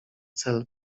cel